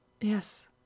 Yes